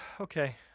Okay